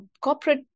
corporate